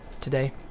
today